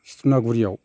सिथनागुरियाव